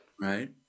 right